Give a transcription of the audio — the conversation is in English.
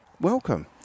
Welcome